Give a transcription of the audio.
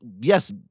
yes